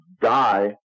die